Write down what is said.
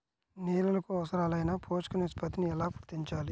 నేలలకు అవసరాలైన పోషక నిష్పత్తిని ఎలా గుర్తించాలి?